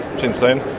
since then.